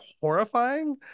horrifying